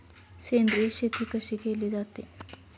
सेंद्रिय शेती कशी केली जाते?